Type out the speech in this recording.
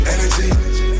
Energy